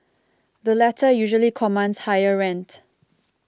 the latter usually commands higher rent